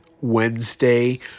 Wednesday